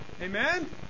Amen